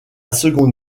seconde